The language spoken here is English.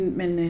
men